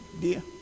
dear